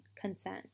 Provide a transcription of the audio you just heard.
consent